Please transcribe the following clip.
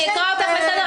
אני אקרא אותך לסדר,